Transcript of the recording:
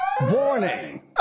Warning